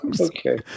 okay